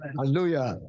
Hallelujah